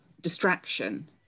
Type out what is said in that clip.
distraction